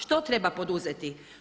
Što treba poduzeti?